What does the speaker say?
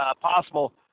possible